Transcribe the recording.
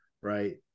right